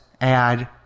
add